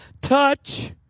touch